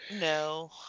No